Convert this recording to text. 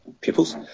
pupils